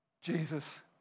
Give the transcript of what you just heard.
Jesus